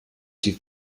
die